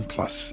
Plus